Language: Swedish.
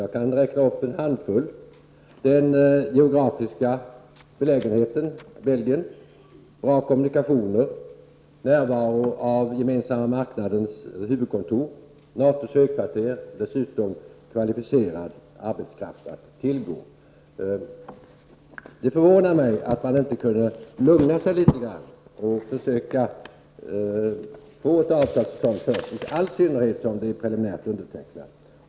Jag kan räkna upp en handfull orsaker: Belgiens geografiska läge, bra kommunikationer, närvaro av Gemensamma marknadens huvudkontor, NATO:s högkvarter, och dessutom kvalificerad arbetskraft att tillgå. Det förvånar mig att man inte kunde lugna sig litet grand och försöka få ett avtal till stånd, i all synnerhet som det är preliminärt undertecknat.